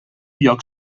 lloc